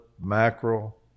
mackerel